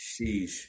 sheesh